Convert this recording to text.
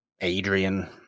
adrian